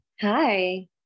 hi